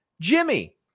Jimmy